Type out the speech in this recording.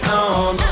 on